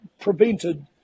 prevented